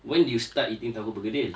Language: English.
when did you start eating tahu begedil